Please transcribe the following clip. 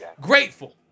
grateful